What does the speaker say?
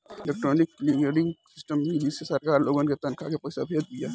electronic clearing system विधि से सरकार लोगन के तनखा के पईसा भेजत बिया